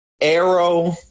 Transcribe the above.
arrow